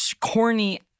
corny